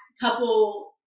couple